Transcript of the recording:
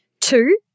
Two